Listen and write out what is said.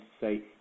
say